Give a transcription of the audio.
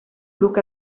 look